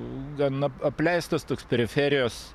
gan ap apleistas toks periferijos